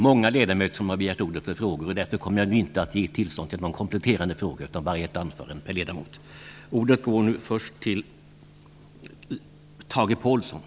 Många ledamöter har begärt ordet för att framställa frågor. Därför kommer jag inte att ge tillstånd till kompletterande frågor, utan det blir ett anförande per ledamot.